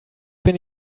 bin